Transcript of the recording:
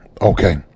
okay